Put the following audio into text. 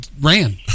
ran